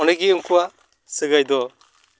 ᱚᱸᱰᱮ ᱜᱮ ᱩᱱᱠᱩᱣᱟᱜ ᱥᱟᱹᱜᱟᱹᱭ ᱫᱚ